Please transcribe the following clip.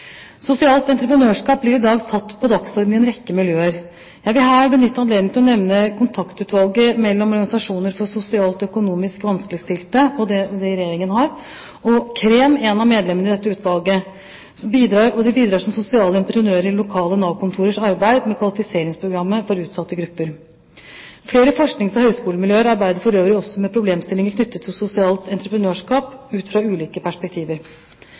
Sosialt entreprenørskap blir i dag satt på dagsordenen i en rekke miljøer. Jeg vil her benytte anledningen til å nevne kontaktutvalget mellom organisasjoner for sosialt og økonomisk vanskeligstilte og Regjeringen. KREM, et av medlemmene i dette utvalget, bidrar som sosiale entreprenører i lokale Nav-kontorers arbeid med kvalifiseringsprogrammet for utsatte grupper. Flere forsknings- og høgskolemiljøer arbeider for øvrig også med problemstillinger knyttet til sosialt entreprenørskap ut fra ulike perspektiver.